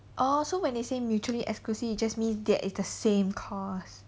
orh so when they say mutually exclusive it just means that is the same course